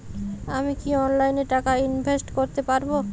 আমি কি অনলাইনে টাকা ইনভেস্ট করতে পারবো?